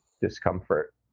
discomfort